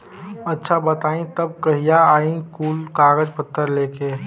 अच्छा बताई तब कहिया आई कुल कागज पतर लेके?